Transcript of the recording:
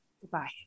Goodbye